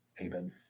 Amen